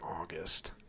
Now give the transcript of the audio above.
August